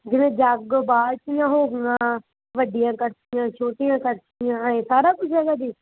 ਜਿਵੇਂ ਜੱਗ ਬਾਲਟੀਆਂ ਹੋ ਗਈਆਂ ਵੱਡੀਆਂ ਕੜਛੀਆਂ ਛੋਟੀਆਂ ਕੜਛੀਆਂ ਐਂ ਸਾਰਾ ਕੁਛ ਹੈਗਾ ਜੀ